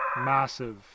massive